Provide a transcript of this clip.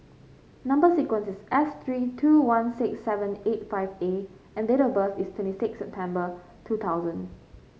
number sequence is S three two one six seven eight five A and date of birth is twenty six September two thousand